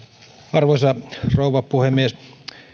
arvoisa rouva puhemies